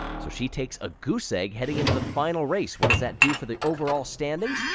so she takes a goose egg heading into the final race. what does that do for the overall standings?